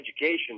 education